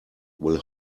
will